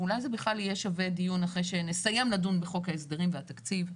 אולי זה בכלל יהיה שווה דיון אחרי שנסיים לדון בחוק ההסדרים והתקציב.